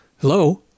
Hello